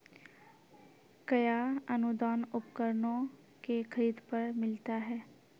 कया अनुदान उपकरणों के खरीद पर मिलता है?